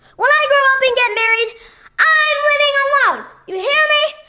when i grow up and get married i'm living alone! you hear me.